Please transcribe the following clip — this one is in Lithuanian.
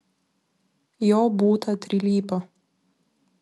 jo būta trilypio